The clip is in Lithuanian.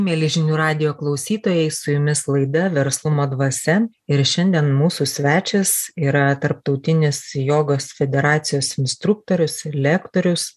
mieli žinių radijo klausytojai su jumis laida verslumo dvasia ir šiandien mūsų svečias yra tarptautinės jogos federacijos instruktorius lektorius